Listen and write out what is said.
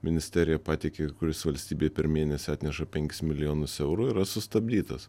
ministerija pateikė kuris valstybei per mėnesį atneša penkis milijonus eurų yra sustabdytas